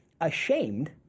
ashamed